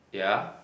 yeah